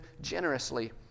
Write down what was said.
generously